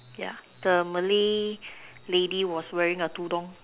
yeah the Malay lady was wearing a tudong